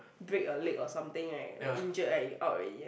break a leg or something right like injured right you out